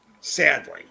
Sadly